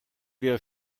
wir